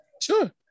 Sure